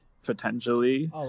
potentially